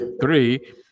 three